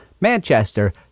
Manchester